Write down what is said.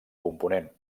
component